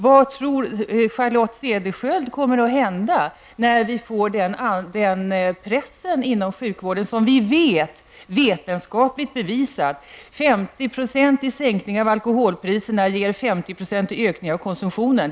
Vad tror Charlotte Cederschiöld kommer att hända när vi får den press inom sjukvården som vi vet kommer att uppstå? Det är vetenskapligt bevisat att en 50-procentig sänkning av alkoholpriserna ger en 50-procentig ökning av konsumtionen.